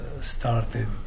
started